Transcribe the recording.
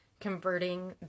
converting